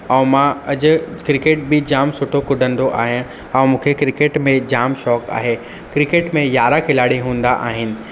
ऐं मां अॼु क्रिकेट बि जामु सुठो कुॾंदो आहियां ऐं मूंखे क्रिकेट में जाम शौक़ु आहे क्रिकेट में यारहां खिलाड़ी हूंदा आहिनि ऐं